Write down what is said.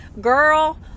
girl